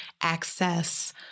access